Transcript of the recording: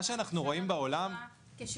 מה שאנחנו רואים בעולם --- וגם יש